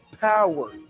power